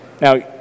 Now